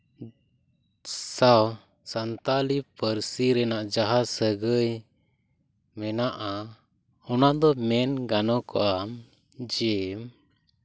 ᱥᱟᱶ ᱥᱟᱱᱛᱟᱲᱤ ᱯᱟᱹᱨᱥᱤ ᱨᱮᱱᱟᱜ ᱡᱟᱦᱟᱸ ᱥᱟᱹᱜᱟᱹᱭ ᱢᱮᱱᱟᱜᱼᱟ ᱚᱱᱟ ᱫᱚ ᱢᱮᱱ ᱜᱟᱱᱚᱜᱼᱟ ᱡᱮ